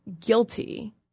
guilty